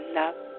love